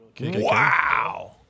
Wow